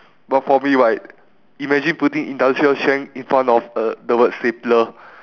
well for me right imagine putting industrial strength in front of a the word stapler